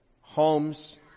Homes